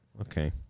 Okay